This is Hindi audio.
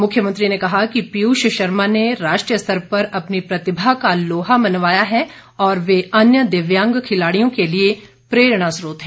मुख्यमंत्री ने कहा कि पीयूष शर्मा ने राष्ट्रीय स्तर पर अपनी प्रतिभा का लोहा मनवाया है और वे अन्य दिव्यांग खिलाड़ियों के लिए प्रेरणा स्रोत हैं